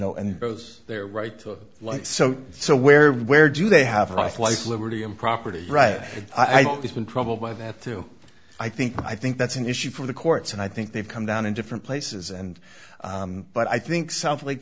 know and those their right to life so where where do they have life life liberty and property rights i've always been troubled by that too i think i think that's an issue for the courts and i think they've come down in different places and but i think south lake